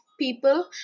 people